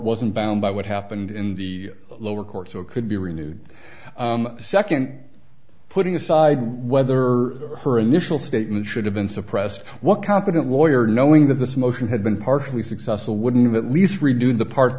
wasn't bound by what happened in the lower courts or could be renewed the second putting aside whether her initial statement should have been suppressed what competent lawyer knowing that this motion had been partially successful wouldn't of at least redo the part